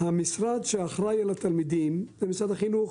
המשרד שאחראי על התלמידים זה משרד החינוך,